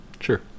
Sure